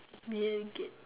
bill-gate